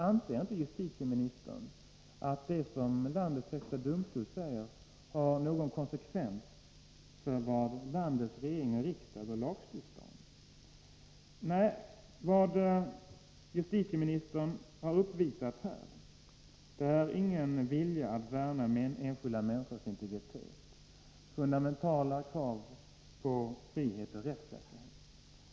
Anser inte justitieministern att det som landets högsta domstol säger måste ha några konsekvenser för vad landets regering och riksdag bör lagstifta om? Vad justitieministern har uppvisat här är ingen vilja att värna enskilda människors integritet, fundamentala krav på frihet och rättssäkerhet.